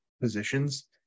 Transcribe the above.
positions